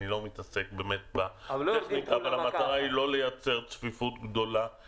אני לא מתעסק בטכניקה אבל המטרה היא לא לייצר צפיפות גדולה.